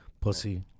Pussy